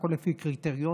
הכול לפי קריטריונים,